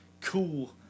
cool